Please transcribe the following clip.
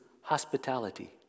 hospitality